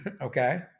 okay